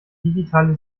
digitale